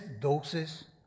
doses